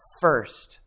first